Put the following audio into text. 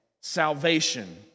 Salvation